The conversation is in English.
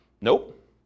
Nope